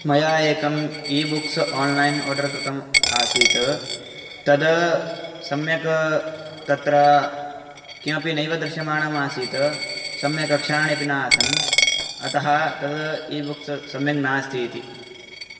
मया एकम् e books online order कृतम् आसीत् तद् सम्यक् तत्र किमपि नैव दृश्यमानमासीत् सम्यक् अक्षराणि अपि न आसन् अतः तद् ई बुक्स् सम्यक् नास्ति इति